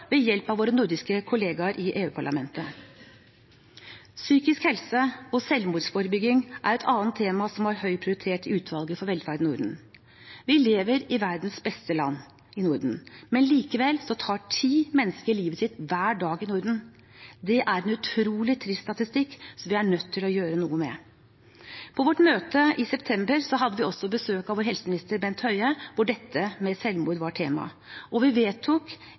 ved hjelp av våre nordiske kollegaer i EU-parlamentet. Psykisk helse og selvmordsforebygging er et annet tema som har høy prioritet i utvalget for velferd i Norden. Vi lever i verdens beste land, men likevel tar ti mennesker livet sitt hver dag i Norden. Det er en utrolig trist statistikk vi er nødt til å gjøre noe med. På vårt møte i september hadde vi besøk av vår helseminister, Bent Høie, og selvmord var tema. Vi vedtok